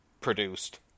produced